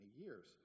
years